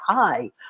Hi